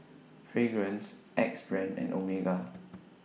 Fragrance Axe Brand and Omega